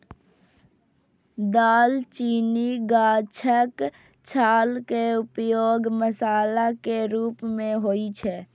दालचीनी गाछक छाल के उपयोग मसाला के रूप मे होइ छै